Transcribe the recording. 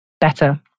better